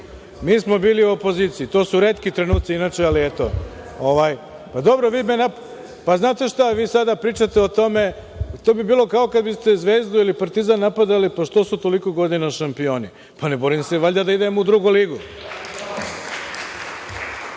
Mi smo bili u opoziciji, to su retki trenuci, ali eto. Znate šta, vi sada pričate o tome, a to bi bilo kao kada biste Zvezdu ili Partizan napadali pa što su toliko godina šampioni. Pa, ne borim se valjda da idem u drugu ligu. Ovde